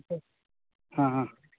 sir ಹಾಂ ಹಾಂ